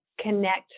connect